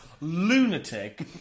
lunatic